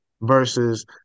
versus